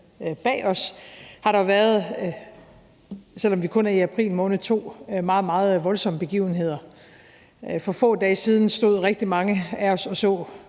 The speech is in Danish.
bag os har der, selv om vi kun er i april måned, været to meget, meget voldsomme begivenheder. For få dage siden stod rigtig mange af os og så